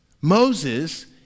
Moses